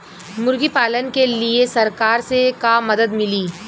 मुर्गी पालन के लीए सरकार से का मदद मिली?